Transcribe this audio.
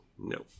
No